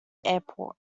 airport